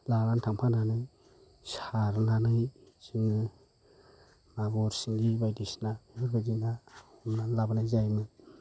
लानानै थांफानानै सारनानै जोङो मागुर सिंगि बायदिसिना बेफोरबायदि ना हमनानै लाबोनाय जायोमोन